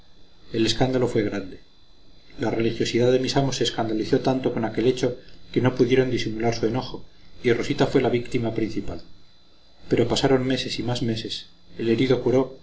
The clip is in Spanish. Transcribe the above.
el escándalo fue grande la religiosidad de mis amos se escandalizó tanto con aquel hecho que no pudieron disimular su enojo y rosita fue la víctima principal pero pasaron meses y más meses el herido curó